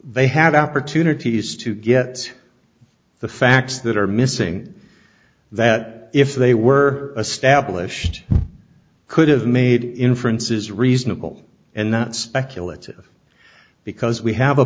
they had opportunities to get the facts that are missing that if they were established could have made inferences reasonable and not speculative because we have a